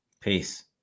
Peace